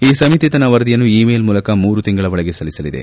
ಈ ಸಮಿತಿ ತನ್ನ ವರದಿಯನ್ನು ಇ ಮೇಲ್ ಮೂಲಕ ಮೂರು ತಿಂಗಳ ಒಳಗೆ ಸಲ್ಲಿಸಲಿದೆ